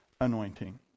anointing